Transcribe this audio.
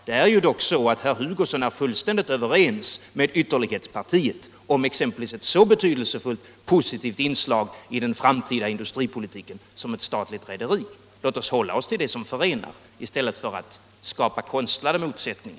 Det är ju dock så att herr Hugosson är fullständigt överens med ytterlighetspartiet om exempelvis ett så betydelsefullt positivt inslag i den framtida industripolitiken som ett statligt rederi. Låt oss hålla oss till det som förenar i stället för att skapa konstlade motsättningar.